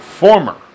Former